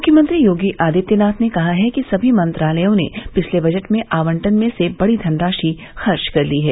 मुख्यमंत्री योगी आदित्यनाथ ने कहा है कि समी मंत्रालयों ने पिछले बजट में आवंटन में से बड़ी धनराशि खर्च कर ली है